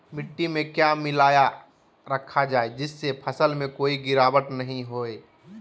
मिट्टी में क्या मिलाया रखा जाए जिससे फसल में कोई गिरावट नहीं होई?